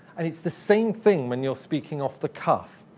and it's the same thing when you're speaking off the cuff.